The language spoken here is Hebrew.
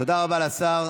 תודה רבה לשר.